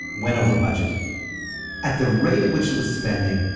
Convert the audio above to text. went over budget at the rate at which it was spending,